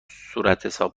صورتحساب